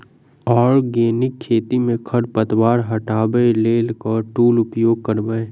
Organic खेती मे खरपतवार हटाबै लेल केँ टूल उपयोग करबै?